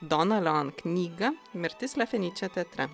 donna leon knygą mirtis lefeniče teatre